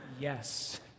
yes